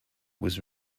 was